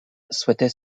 souhaitait